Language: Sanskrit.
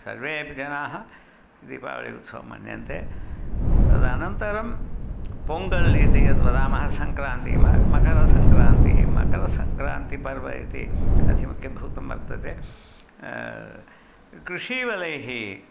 सर्वे अपि जनाः दीपावलिः उत्सवं मन्यन्ते तदनन्तरं पोङ्गल् इति यद्वदामः सङ्क्रान्तिः म मकरसङ्क्रान्तिः मकरसङ्क्रान्तिपर्वम् इति अतिमुख्यभूतं वर्तते कृषीवलैः